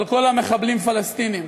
אבל כל המחבלים פלסטינים,